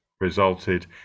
resulted